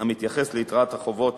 המתייחס ליתרת החובות